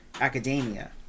academia